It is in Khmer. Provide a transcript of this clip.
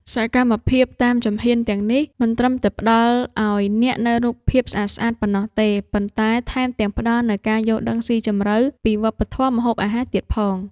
សកម្មភាពតាមជំហានទាំងនេះ មិនត្រឹមតែផ្ដល់ឱ្យអ្នកនូវរូបភាពស្អាតៗប៉ុណ្ណោះទេ ប៉ុន្តែថែមទាំងផ្ដល់នូវការយល់ដឹងស៊ីជម្រៅពីវប្បធម៌ម្ហូបអាហារទៀតផង។